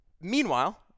Meanwhile